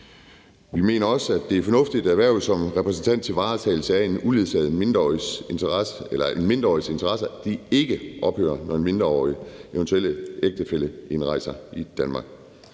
Vi mener også, at det er fornuftigt, at hvervet som repræsentant til varetagelse af en mindreårigs interesser ikke ophører, når en mindreårigs eventuelle ægtefælle indrejser i Danmark.